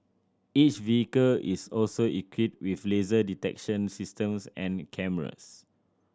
each vehicle is also equipped with laser detection systems and cameras